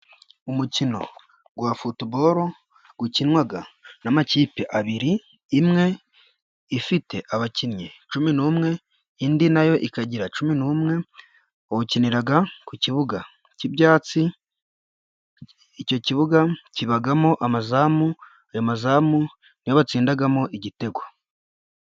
Umukino wa Futuboro ukinwa n'amakipe abiri, imwe ifite abakinnyi cumi n'umwe, indi na yo ikagira cumi n'umwe, bawukinira ku kibuga cy'ibyatsi, icyo kibuga kibamo amazamu, ayo mazamu ni yo batsindamo igitego.